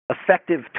effective